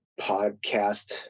podcast